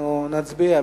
אנחנו נצביע.